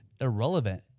irrelevant